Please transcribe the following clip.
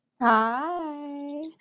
Hi